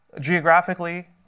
geographically